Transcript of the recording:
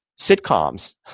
sitcoms